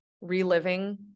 reliving